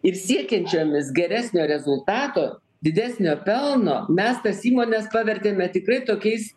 ir siekiančiomis geresnio rezultato didesnio pelno mes tas įmones pavertėme tikrai tokiais